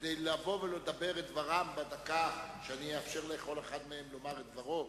כדי לבוא ולדבר את דברם בדקה שאני אאפשר לכל אחד מהם לומר את דברו.